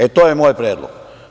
E, to je moj predlog.